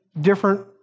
different